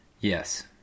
Yes